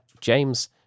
James